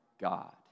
God